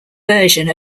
version